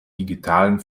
digitalen